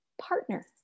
partner